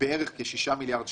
בערך כשישה מיליארד שקלים,